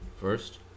first